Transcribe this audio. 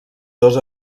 dos